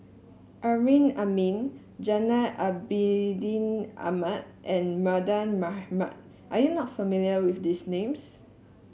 Amrin Amin Gainal Abidin Ahmad and Mardan Mamat are you not familiar with these names